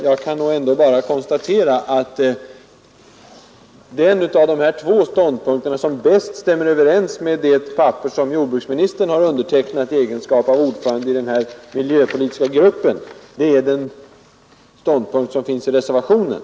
Jag kan bara konstatera att den av de här två ståndpunkterna, som bäst stämmer överens med innehållet i det papper som jordbruksministern har undertecknat i egenskap av ordförande i den miljöpolitiska gruppen, är den ståndpunkt som finns i reservationen.